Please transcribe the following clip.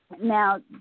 now